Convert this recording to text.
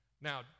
Now